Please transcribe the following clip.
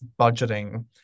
budgeting